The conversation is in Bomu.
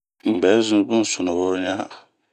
Un bɛzun bun sunuwo ɲa.